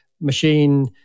machine